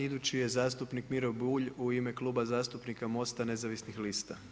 Idući je zastupnik Miro Bulj u ime Kluba zastupnika MOST-a, Nezavisnih lista.